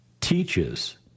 teaches